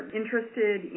interested